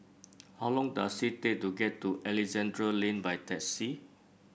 how long does it take to get to Alexandra Lane by taxi